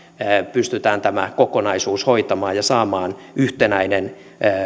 pystytään tämä kokonaisuus hoitamaan ja saamaan yhtenäinen